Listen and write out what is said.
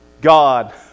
God